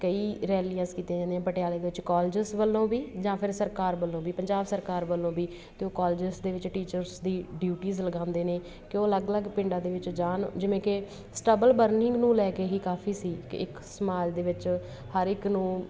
ਕਈ ਰੈਲੀਆਸ ਕੀਤੀਆਂ ਜਾਂਦੀਆਂ ਪਟਿਆਲੇ ਦੇ ਵਿੱਚ ਕੋਲੇਜਸ ਵੱਲੋਂ ਵੀ ਜਾਂ ਫਿਰ ਸਰਕਾਰ ਵੱਲੋਂ ਵੀ ਪੰਜਾਬ ਸਰਕਾਰ ਵੱਲੋਂ ਵੀ ਅਤੇ ਉਹ ਕੋਲੇਜਸ ਦੇ ਵਿੱਚ ਟੀਚਰਸ ਦੀ ਡਿਊਟੀਜ ਲਗਾਉਂਦੇ ਨੇ ਕਿ ਉਹ ਅਲੱਗ ਅਲੱਗ ਪਿੰਡਾਂ ਦੇ ਵਿੱਚ ਜਾਣ ਜਿਵੇਂ ਕਿ ਸਟਬਲ ਬਰਨਿੰਗ ਨੂੰ ਲੈ ਕੇ ਹੀ ਕਾਫੀ ਸੀ ਕਿ ਇੱਕ ਸਮਾਜ ਦੇ ਵਿੱਚ ਹਰ ਇੱਕ ਨੂੰ